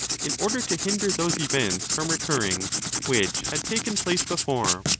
in order to hinder those events from recurring which had taken place before.